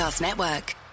Network